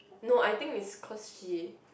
no I think it's cause she